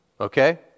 Okay